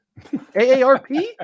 AARP